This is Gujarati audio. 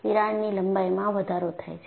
તિરાડની લંબાઈમાં વધારો થાય છે